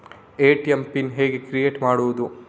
ATM pin ಹೇಗೆ create ಮಾಡುವುದು?